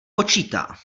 počítá